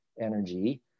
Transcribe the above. energy